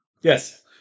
Yes